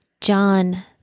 John